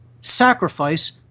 sacrifice